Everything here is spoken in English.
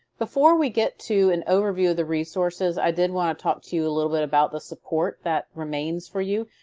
before we get to an overview of the resources i did want to talk to you a little bit about the support that remains for you.